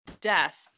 death